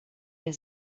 der